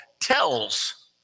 tells